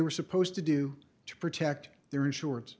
were supposed to do to protect their insurance